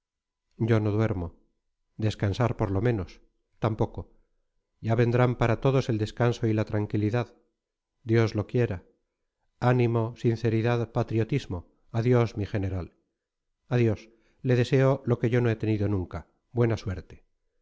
yo no duermo descansar por lo menos tampoco ya vendrán para todos el descanso y la tranquilidad dios lo quiera ánimo sinceridad patriotismo adiós mi general adiós le deseo lo que yo no he tenido nunca buena suerte